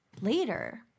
later